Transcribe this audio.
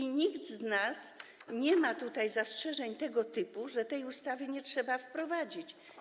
I nikt z nas nie ma zastrzeżeń tego typu, że tej ustawy nie trzeba wprowadzić.